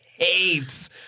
hates